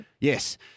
Yes